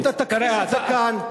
שאתה תכחיש את זה כאן,